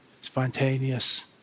spontaneous